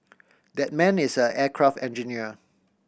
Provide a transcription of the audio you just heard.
that man is an aircraft engineer